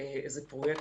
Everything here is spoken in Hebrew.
איזה פרויקט.